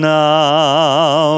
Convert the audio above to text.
now